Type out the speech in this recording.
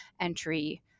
entry